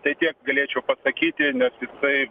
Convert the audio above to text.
tai kiek galėčiau pasakyti nes jisai